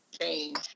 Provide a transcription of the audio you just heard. Change